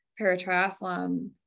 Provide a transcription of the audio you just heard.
paratriathlon